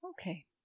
Okay